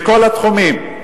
בכל התחומים,